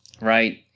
Right